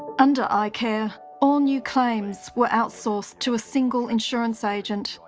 under icare, all new claims were outsourced to a single insurance agent,